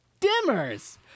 Dimmers